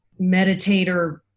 meditator